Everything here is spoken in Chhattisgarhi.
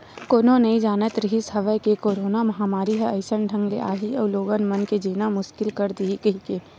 कोनो नइ जानत रिहिस हवय के करोना महामारी ह अइसन ढंग ले आही अउ लोगन मन के जीना मुसकिल कर दिही कहिके